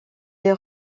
les